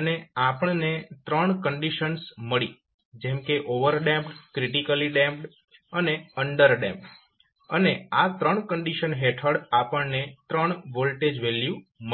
અને આપણને ત્રણ કંડીશન્સ મળી જેમ કે ઓવરડેમ્પ્ડ ક્રિટીકલી ડેમ્પ્ડ અને અન્ડરડેમ્પ્ડ અને આ ત્રણ કંડીશન હેઠળ આપણને ત્રણ વોલ્ટેજ વેલ્યુ મળી